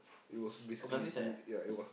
it was basically uh ya it was